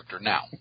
now